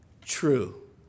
true